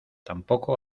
tampoco